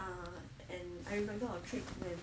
uh and I remember our trip when